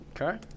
Okay